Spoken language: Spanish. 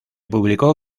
publicó